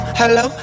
hello